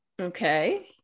okay